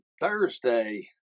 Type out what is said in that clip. Thursday